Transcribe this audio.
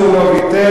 קטן וגדול,